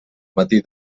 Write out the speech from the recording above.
matí